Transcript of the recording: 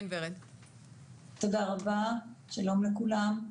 שלום לכולם.